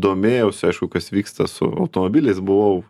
domėjaus aišku kas vyksta su automobiliais buvau